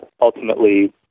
ultimately